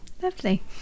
Lovely